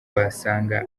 wasanga